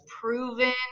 proven